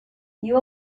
you